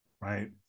right